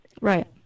Right